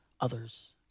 others